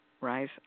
rise